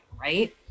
right